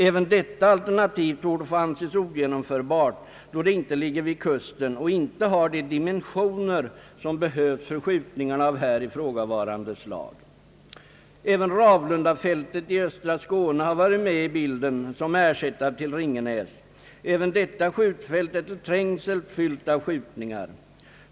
även detta alternativ torde få anses ogenomförbart, då det inte ligger vid kusten och inte har de dimensioner som behövs för skjutningar av här ifrågavarande slag. har varit med i bilden som ersättare till Ringenäs. Också detta skjutfält är till trängsel fyllt av skjutningar.